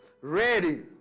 Ready